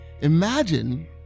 Imagine